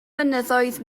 mynyddoedd